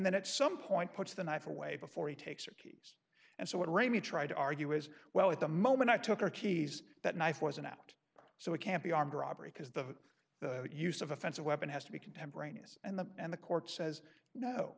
then at some point puts the knife away before he takes her keys and so what raimi tried to argue is well at the moment i took her keys that knife was an act so it can't be armed robbery because the use of offensive weapon has to be contemporaneous and the and the court says no